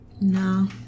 No